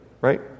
right